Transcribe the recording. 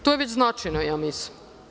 To je već značajno, ja mislim.